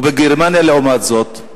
ובגרמניה, לעומת זאת,